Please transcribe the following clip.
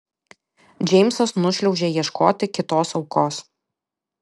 džeimsas nušliaužia ieškoti kitos aukos